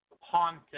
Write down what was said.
haunted